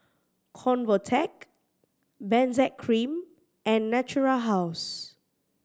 Convatec Benzac Cream and Natura House